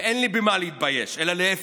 ואין לי במה להתבייש, אלא להפך,